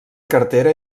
cartera